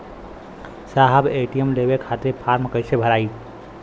साहब ए.टी.एम लेवे खतीं फॉर्म कइसे भराई?